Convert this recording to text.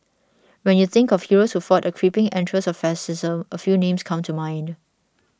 when you think of heroes who fought the creeping entrails of fascism a few names come to mind